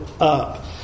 up